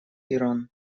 иран